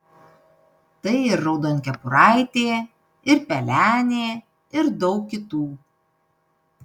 tai ir raudonkepuraitė ir pelenė ir daug kitų